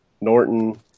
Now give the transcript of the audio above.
Norton